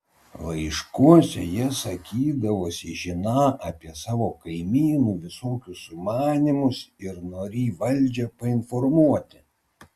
laiškuose jie sakydavosi žiną apie savo kaimynų visokius sumanymus ir norį valdžią painformuoti